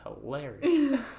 hilarious